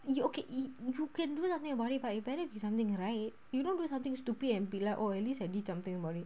you okay you can do something about it but you better be something right you don't do something stupid and be like oh at least I did something about it